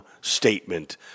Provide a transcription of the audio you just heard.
statement